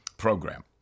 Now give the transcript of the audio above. program